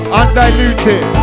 undiluted